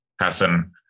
Hassan